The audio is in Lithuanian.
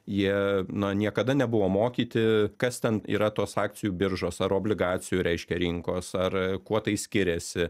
jie na niekada nebuvo mokyti kas ten yra tos akcijų biržos ar obligacijų reiškia rinkos ar kuo tai skiriasi